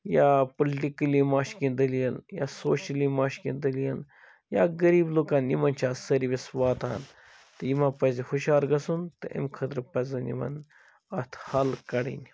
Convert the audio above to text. یا پُلٹِکلی ما چھُ کیٚنٛہہ دٔلیٖل یا سوشَلی ما چھُ کیٚنٛہہ دٔلیٖل یا غریٖب لُکَن یمَن چھا سٔروِس واتان تہٕ یِمَن پَزِ ہُشیار گَژھُن تہٕ اَمہِ خٲطرٕ پَزَن یِمَن اَتھ حل کَڈٕنۍ